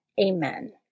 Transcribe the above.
Amen